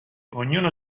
ognuno